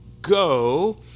Go